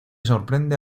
sorprende